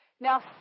Now